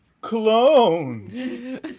Clones